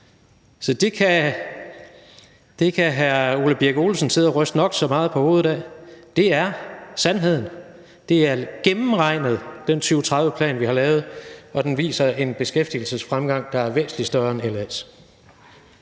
Så det kan hr. Ole Birk Olesen sidde og ryste nok så meget på hovedet af, men det er sandheden. Den 2030-plan, vi har lavet, er gennemregnet, og den viser en beskæftigelsesfremgang, der er væsentlig større end LA's